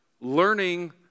learning